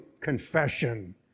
confession